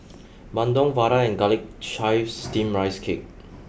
Bandung Vadai and Garlic Chives Steamed Rice Cake